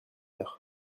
heure